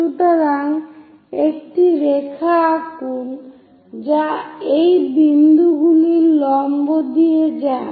সুতরাং একটি রেখা আঁকুন যা এই বিন্দুগুলির লম্ব দিয়ে যায়